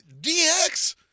DX